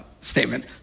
statement